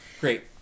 Great